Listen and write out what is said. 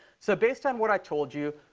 so based on what i told you,